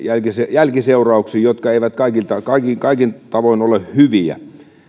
jälkiseurauksiin jotka eivät kaikin tavoin ole hyviä